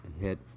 hit